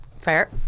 Fair